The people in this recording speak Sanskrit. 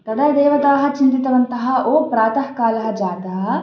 तदा देवताः चिन्तितवन्तः ओ प्रातः कालः जातः